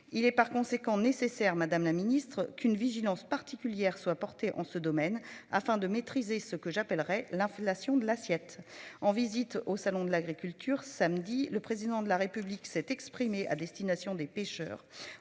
Il est par conséquent nécessaire Madame la Ministre qu'une vigilance particulière soit portée en ce domaine afin de maîtriser ce que j'appellerais la fellation de l'assiette en visite au Salon de l'agriculture samedi le président de la République s'est exprimé à destination des pêcheurs